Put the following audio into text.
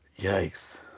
Yikes